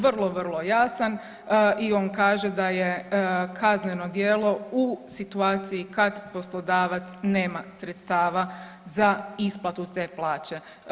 Vrlo, vrlo jasan i on kaže da je kazneno djelo u situaciji kad poslodavac nema sredstava za isplatu te plaće.